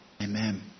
Amen